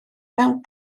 mewn